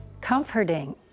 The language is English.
comforting